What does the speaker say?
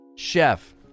Chef